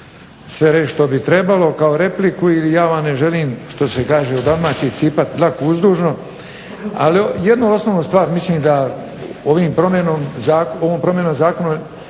sve reći što bi trebalo kao repliku ili ja vam ne želim što se kaže u Dalmaciji cipat dlaku uzdužno. Ali jednu osnovnu stvar, mislim da ovom promjenom zakona